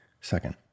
Second